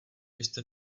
jste